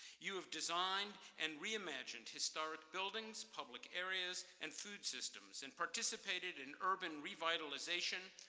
you have designed and reimagined historic buildings, public areas, and food systems, and participated in urban revitalization,